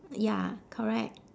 ya correct